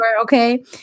okay